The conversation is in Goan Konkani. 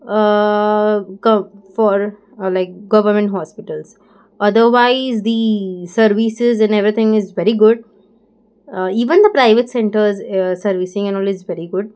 क for like government hospitals otherwise the services in everything is very good even the private centres servicing and all is very good